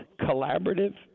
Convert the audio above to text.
collaborative